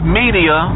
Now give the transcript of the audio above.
media